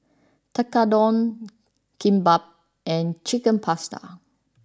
Tekkadon Kimbap and Chicken Pasta